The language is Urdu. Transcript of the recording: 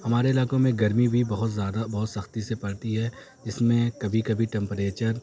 ہمارے علاقوں میں گرمی بھی بہت زیادہ بہت سختی سے پڑتی ہے جس میں کبھی کبھی ٹیمپریچر